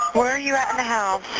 where are you at in the house?